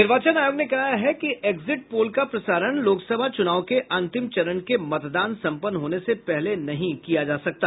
निर्वाचन आयोग ने कहा है कि एक्जिट पोल का प्रसारण लोकसभा चुनाव के अंतिम चरण के मतदान सम्पन्न होने से पहले नहीं किया जा सकता